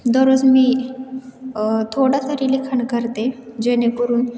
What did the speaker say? दररोज मी थोडं तरी लिखाण करते जेणेकरून